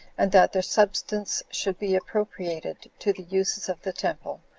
and that their substance should b appropriated to the uses of the temple,